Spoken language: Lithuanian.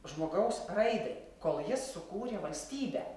žmogaus raidai kol jis sukūrė valstybę